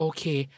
Okay